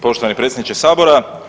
Poštovani predsjedniče Sabora.